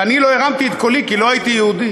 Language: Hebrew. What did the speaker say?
ואני לא הרמתי את קולי כי לא הייתי יהודי,